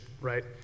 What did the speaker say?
right